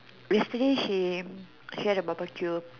yesterday he she had a barbecue